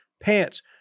pants